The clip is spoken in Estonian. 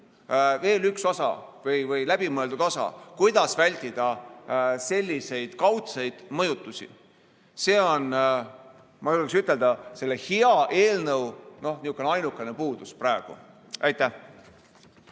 veel üks osa või läbimõeldud osa, kuidas vältida selliseid kaudseid mõjutusi. See on, ma julgeksin ütelda, selle hea eelnõu ainukene puudus praegu. Aitäh!